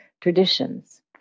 traditions